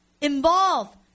Involve